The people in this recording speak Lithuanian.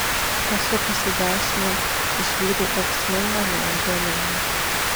pasukus į dešinę išvydau ūksmingą medžių alėją